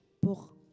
pour